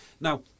Now